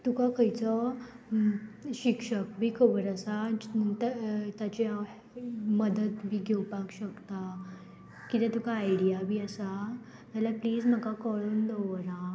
तुका खंयचो शिक्षक बी खबर आसा ताची हांव मदत बी घेवपाक शकतां किदें तुका आयडिया बी आसा जाल्यार प्लीज म्हाका कळोन दवर आं